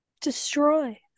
destroy